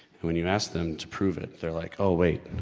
when you ask them to prove it they're like oh, wait,